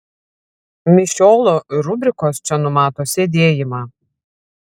mišiolo rubrikos čia numato sėdėjimą